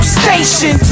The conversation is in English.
station